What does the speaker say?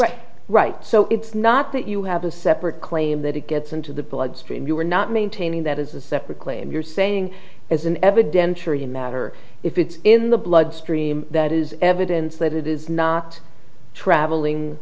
inconsistent right so it's not that you have a separate claim that it gets into the bloodstream you are not maintaining that as a separate claim you're saying as an evidentiary matter if it's in the bloodstream that is evidence that it is not travelling